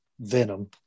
venom